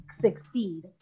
succeed